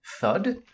thud